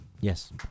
Yes